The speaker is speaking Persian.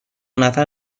نفر